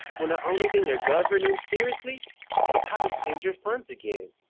when the only thing their governance seriously is how to spend your funds again.